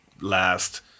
last